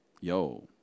yo